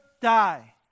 die